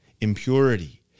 impurity